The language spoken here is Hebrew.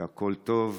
והכול טוב'.